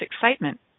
excitement